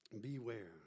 Beware